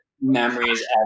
memories